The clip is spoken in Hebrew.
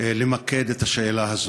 למקד את השאלה הזאת.